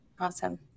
Awesome